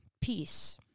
peace